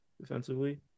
defensively